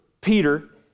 Peter